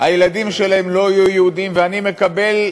הילדים שלהם לא יהיו יהודים, ואני מקבל,